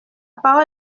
parole